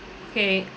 okay